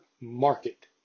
Market